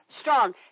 strong